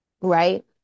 Right